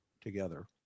together